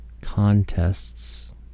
contests